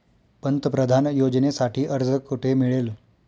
पंतप्रधान योजनेसाठी अर्ज कुठे मिळेल?